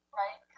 right